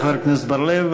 תודה לחבר הכנסת בר-לב.